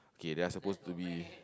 K they are suppose to be